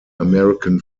american